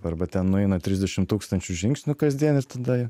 arba ten nueina trisdešim tūkstančių žingsnių kasdien ir tada